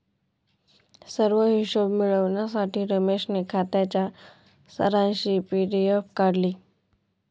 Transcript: सर्व हिशोब मिळविण्यासाठी रमेशने खात्याच्या सारांशची पी.डी.एफ काढली